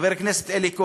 חבר הכנסת אלי כהן,